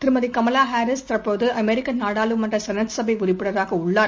திருமதிகமலாஹாரிஸ் தற்போதுஅமெரிக்கநாடாளுமன்றசெனட் சபை உறுப்பினராகஉள்ளார்